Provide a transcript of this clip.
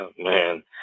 man